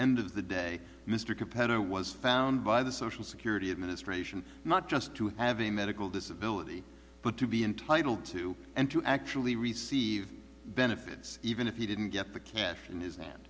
end of the day mr capello was found by the social security administration not just to have a medical disability but to be entitled to and to actually receive benefits even if he didn't get the cash in his hand